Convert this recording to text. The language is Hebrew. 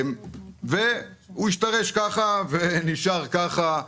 הוא השתרש ונשאר ככה.